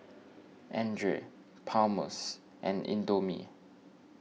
andre Palmer's and Indomie